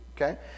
okay